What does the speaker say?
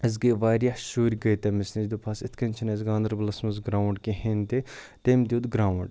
أسۍ گٔے واریاہ شُرۍ گٔے تٔمِس نِش دوٚپ ہَس یِتھ کٔنۍ چھُنہٕ اَسہِ گاندَربَلَس منٛز گرٛاوُنٛڈ کِہیٖنۍ تہِ تٔمۍ دیُت گرٛاُونٛڈ